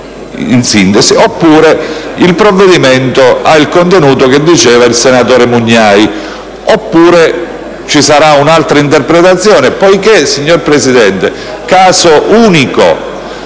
direttamente, oppure il provvedimento ha il contenuto di cui parlava il senatore Mugnai, oppure ci sarà un'altra interpretazione. Ora, poiché, signor Presidente - caso unico